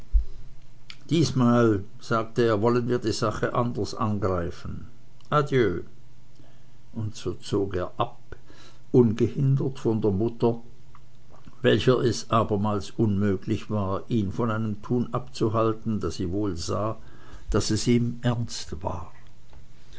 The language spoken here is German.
diesmal sagte er wollen wir die sache anders angreifen adieu und so zog er ab ungehindert von der mutter welcher es abermals unmöglich war ihn von seinem tun abzuhalten da sie wohl sah daß es ihm ernst war